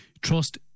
trust